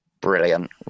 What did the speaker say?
brilliant